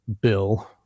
Bill